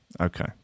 Okay